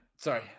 Sorry